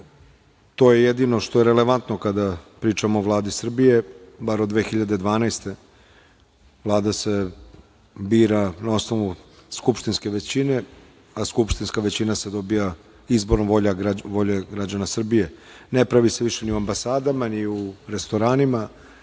je jedino što je relevantno kada pričamo o Vladi Srbije. Bar od 2012. godine Vlada se bira na osnovu skupštinske većine, a skupštinska većina se dobija izborom volje građana Srbije. Ne pravi se više ni u ambasadama, ni u restoranima,